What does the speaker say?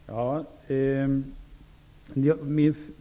Fru talman!